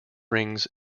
rings